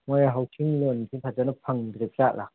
ꯃꯣꯏ ꯍꯥꯎꯁꯤꯡ ꯂꯣꯟꯁꯤ ꯐꯖꯅ ꯐꯪꯗ꯭ꯔꯤꯕꯖꯥꯠꯂ